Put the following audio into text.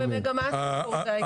אנחנו במגמת שיפור, זה העיקר.